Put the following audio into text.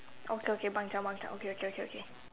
okay okay bun jump one side okay okay okay okay